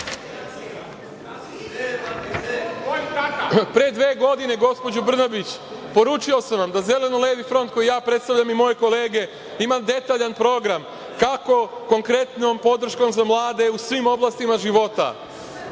dve godine, gospođo Brnabić, poručio sam vam da Zeleno-levi front, koji ja predstavljam i moje kolege, imam detaljan program kako konkretnijom podrškom za mlade u svim oblastima života